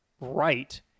right